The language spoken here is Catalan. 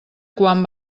quan